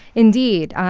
indeed.